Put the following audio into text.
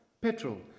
petrol